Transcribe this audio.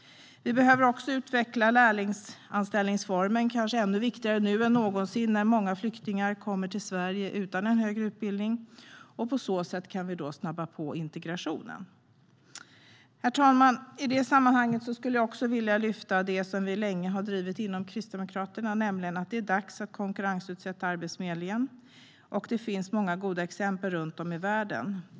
Vi behöver utveckla lärlingsanställningsformen. Det är kanske ännu viktigare nu än någonsin när många flyktingar utan högre utbildning kommer till Sverige. På så sätt kan vi snabba på integrationen. Herr talman! I det sammanhanget vill jag också lyfta det som vi länge har drivit inom Kristdemokraterna, nämligen att det är dags att konkurrensutsätta Arbetsförmedlingen. Det finns många goda exempel runt om i världen.